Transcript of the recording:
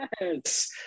Yes